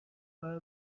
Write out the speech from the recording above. کار